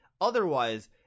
otherwise